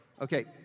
Okay